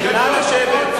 נא לשבת.